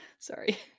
Sorry